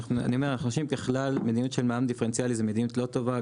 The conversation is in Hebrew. אני אומר ככלל מדיניות של מע"מ דיפרנציאלי היא מדיניות לא טובה,